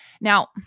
Now